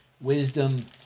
wisdom